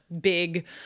big